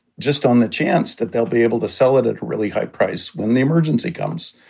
just on the chance that they'll be able to sell it at a really high price when the emergency comes.